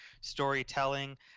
storytelling